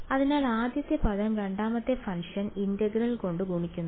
അതിനാൽ ആദ്യത്തെ പദം രണ്ടാമത്തെ ഫംഗ്ഷൻ ഇന്റഗ്രൽ കൊണ്ട് ഗുണിക്കുന്നു